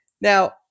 Now